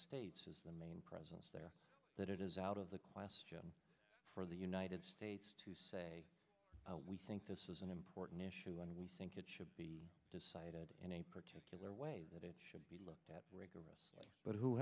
states is the main presence there that it is out of the question for the united states to say we think this is an important issue and we think it should be decided in a particular way that it should be looked at rigorous but who